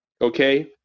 okay